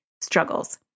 struggles